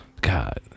God